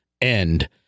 End